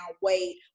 weight